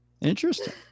Interesting